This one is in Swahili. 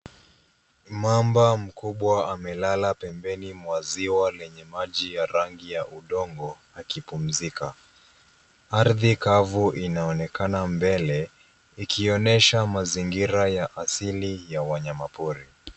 Mamba mkubwa amelala pembeni mwa ziwa lenye maji ya rangi ya udongo akipumzika. Ardhi kavu inaonekana mbele ikionyesha mazingira ya asili ya wanyama pori.